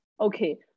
okay